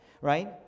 Right